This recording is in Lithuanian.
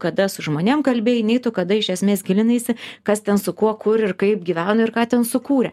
kada su žmonėm kalbėjai nei tu kada iš esmės gilinaisi kas ten su kuo kur ir kaip gyveno ir ką ten sukūrė